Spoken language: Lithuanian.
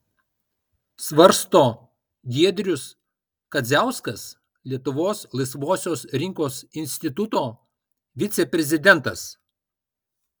svarsto giedrius kadziauskas lietuvos laisvosios rinkos instituto viceprezidentas